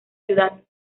ciudad